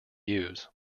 use